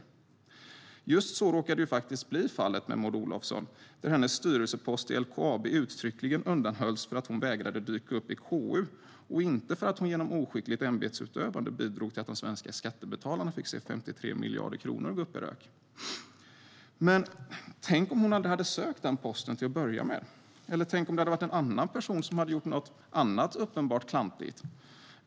Just så råkade faktiskt bli fallet med Maud Olofsson, vars styrelsepost i LKAB uttryckligen undanhölls för att hon vägrade att dyka upp i KU, inte för att hon genom oskickligt ämbetsutövande bidrog till att de svenska skattebetalarna fick se 53 miljarder kronor gå upp i rök. Men tänk om hon aldrig hade sökt den posten till att börja med. Eller tänk om det hade varit en annan person som hade gjort något annat uppenbart klantigt.